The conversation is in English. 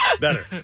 Better